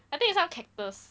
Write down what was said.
I think it's some cactus